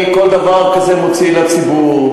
אני כל דבר כזה מוציא לציבור,